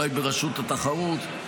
אולי ברשות התחרות,